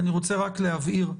אני רוצה להבהיר,